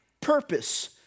purpose